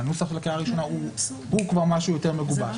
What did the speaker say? והנוסח לקריאה ראשונה הוא כבר משהו יותר מגובש.